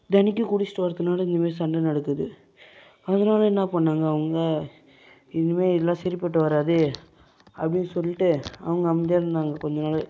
தினைக்கும் குடிச்சுட்டு வர்றதுனால இந்த மாரி சண்டை நடக்குது அதனாலே என்ன பண்ணிணாங்க அவங்க இனிமேல் இதெல்லாம் சரிப்பட்டு வராது அப்படின்னு சொல்லிவிட்டு அவங்க அமைதியாக இருந்தாங்க கொஞ்சம் நாள்